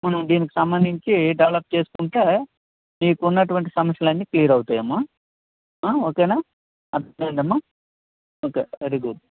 మనం దీనికి సంబంధించి డెవలప్ చేసుకుంటే నీకు ఉన్నటువంటి సమస్యలు అన్నీ క్లియర్ అవుతాయి అమ్మ ఆ ఓకేనా అర్ధం అయ్యిందా అమ్మా ఓకే వెరీ గుడ్